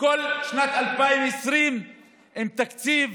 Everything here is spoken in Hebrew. עם תקציב